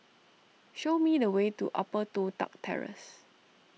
show me the way to Upper Toh Tuck Terrace